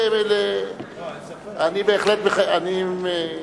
אין ספק.